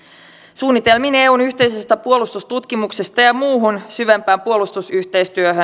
suunnitelmiin eun yhteisestä puolustustutkimuksesta ja muuhun syvempään puolustusyhteistyöhön